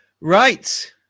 right